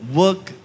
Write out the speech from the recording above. work